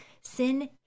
Sin